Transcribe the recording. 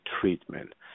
treatment